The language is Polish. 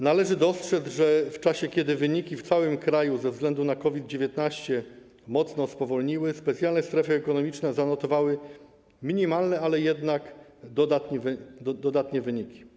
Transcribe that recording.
Należy dostrzec, że kiedy wyniki w całym kraju ze względu na COVID-19 mocno spowolniły, specjalne strefy ekonomiczne zanotowały minimalnie, ale jednak dodatnie wyniki.